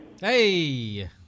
Hey